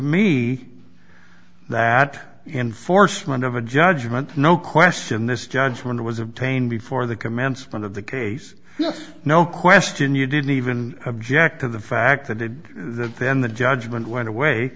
me that enforcement of a judgment no question this judgment was obtained before the commencement of the case no question you didn't even object to the fact that it then the judgment went away